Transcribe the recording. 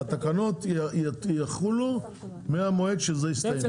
התקנות יחולו מהמועד שזה הסתיים.